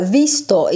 visto